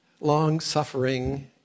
Long-suffering